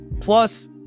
plus